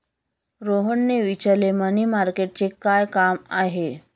रोहनने विचारले, मनी मार्केटचे काय काम आहे?